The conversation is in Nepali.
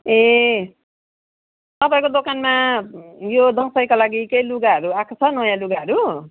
ए तपाईँको दोकानमा यो दसैँको लागि केही लुगाहरू आएको छ नयाँ लुगाहरू